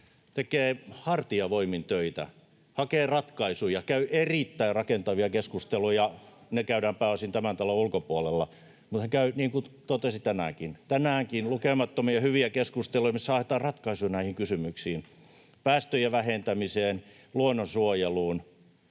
tekee hartiavoimin töitä, hakee ratkaisuja, käy erittäin rakentavia keskusteluja — ne käydään pääosin tämän talon ulkopuolella, niin kuin hän totesi tänäänkin —, tänäänkin lukemattomia hyviä keskusteluja, joissa haetaan ratkaisuja näihin kysymyksiin: päästöjen vähentämiseen, luonnonsuojeluun,